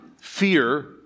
fear